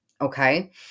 okay